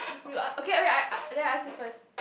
you you ah okay wait I then I ask you first